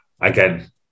Again